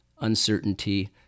uncertainty